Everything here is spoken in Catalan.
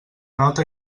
nota